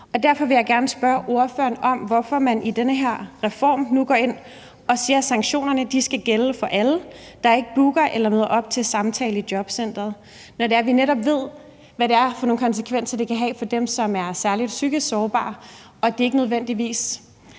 Derfor vil jeg gerne spørge ordføreren om, hvorfor man i den her reform nu går ind og siger, at sanktionerne skal gælde for alle, der ikke booker et møde eller møder op til en samtale i jobcenteret, når vi netop ved, hvad det er for nogle konsekvenser, det kan have for dem, der er psykisk sårbare. Det er ikke nødvendigvis